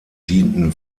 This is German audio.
dienten